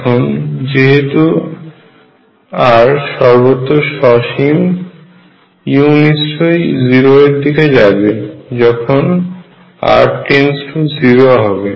এখন যেহেতু R সর্বত্র সসীম u নিশ্চয়ই 0 এর দিকে যাবে যখন r0 হবে